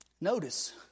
Notice